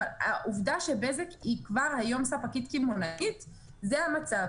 העובדה שבזק כבר היום ספקית קמעונאית, זה המצב.